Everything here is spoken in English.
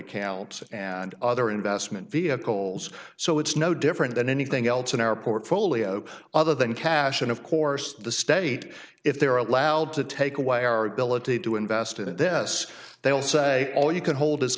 accounts and other investment vehicles so it's no different than anything else in our portfolio other than cash and of course the state if they're allowed to take away our ability to invest in this they'll say well you can hold his